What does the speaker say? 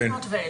500 ו-1,000.